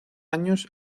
años